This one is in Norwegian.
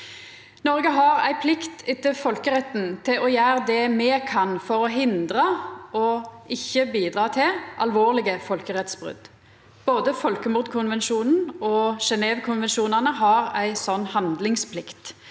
Noreg har ei plikt etter folkeretten til å gjera det me kan for å hindra og ikkje bidra til alvorlege folkeretts brot. Både folkemordkonvensjonen og Genèvekonvensjonane har ei slik handlingsplikt.